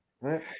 right